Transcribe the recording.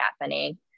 happening